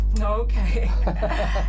Okay